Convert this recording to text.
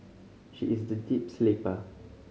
she is the deep sleeper